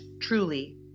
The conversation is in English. truly